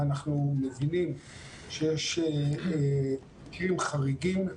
ואנחנו מבינים שיש מקרים חריגים.